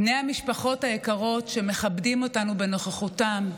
בני המשפחות היקרות שמכבדים אותנו בנוכחותם,